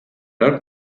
nork